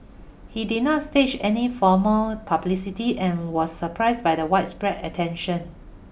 he did not stage any formal publicity and was surprised by the widespread attention